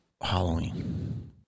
Halloween